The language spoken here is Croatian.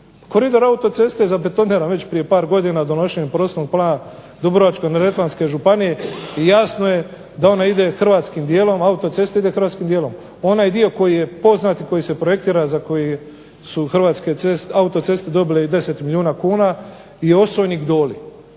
Koridor autoceste je zabetoniran već prije par godina donošenjem prostornog plana Dubrovačko-neretvanske županije i jasno je da ona ide hrvatskim dijelom, autocesta ide hrvatskim dijelom. Onaj dio koji je poznat i koji se projektira, za koji su Hrvatske autoceste dobile i 10 milijuna kuna i Osojnik-Doli.